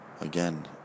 Again